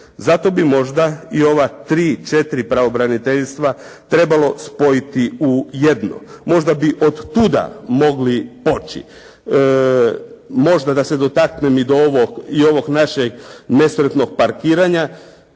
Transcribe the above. zato bi možda i ova tri-četiri pravobraniteljstva trebalo spojiti u jedno. Možda bi od tuda mogli poći. Možda da se dotaknem i ovog našeg nesretnog parkiranja.